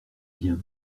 biens